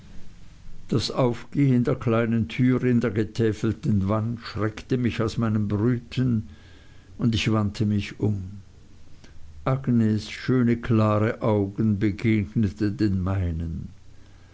das aufgehen der kleinen tür in der getäfelten wand schreckte mich aus meinem brüten und ich wandte mich um agnes schöne klare augen begegneten den meinen